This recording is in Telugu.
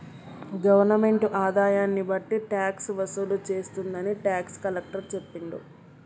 గవర్నమెంటు ఆదాయాన్ని బట్టి ట్యాక్స్ వసూలు చేస్తుందని టాక్స్ కలెక్టర్ చెప్పిండు